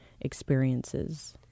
experiences